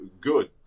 good